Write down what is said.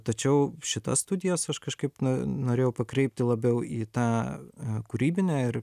tačiau šitas studijas aš kažkaip n norėjau pakreipti labiau į tą kūrybinę ir